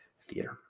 theater